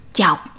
chọc